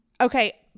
Okay